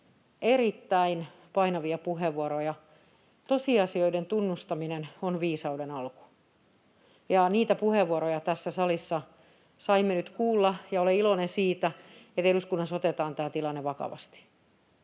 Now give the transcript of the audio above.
erittäin painavia puheenvuoroja. Tosiasioiden tunnustaminen on viisauden alku, ja niitä puheenvuoroja tässä salissa saimme nyt kuulla, ja olen iloinen siitä, että eduskunnassa otetaan tämä tilanne vakavasti.